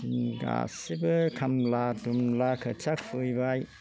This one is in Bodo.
गासिबो खामला दुमला खोथिया खुबैबाय